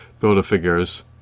Build-A-Figures